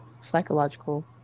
psychological